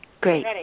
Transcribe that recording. Great